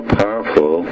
powerful